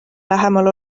lähemal